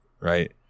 right